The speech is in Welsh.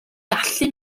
gallu